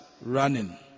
running